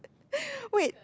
wait